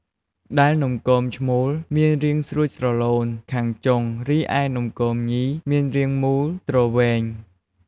ដែលនំគមឈ្មោល មានរាងស្រួចស្រឡូនខាងចុង រីឯនំគមញី មានរាងមូលទ្រវែង។